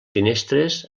finestres